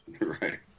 Right